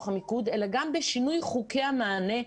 המיקוד אלא גם באמצעות שינוי חוקי המענה.